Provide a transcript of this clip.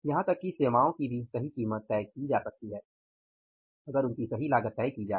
यहां तक कि सेवाओं की भी सही कीमत तय की जा सकती है अगर उनकी सही लागत तय की जाये